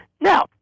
Now